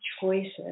choices